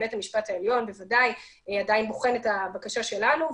בית המשפט העליון בוודאי עדיין בוחן את הבקשה שלנו,